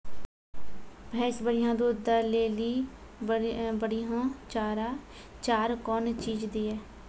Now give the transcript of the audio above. भैंस बढ़िया दूध दऽ ले ली बढ़िया चार कौन चीज दिए?